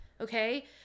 okay